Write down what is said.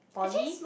poly